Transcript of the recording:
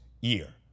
year